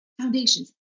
foundations